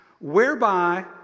whereby